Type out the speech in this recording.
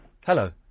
Hello